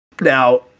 Now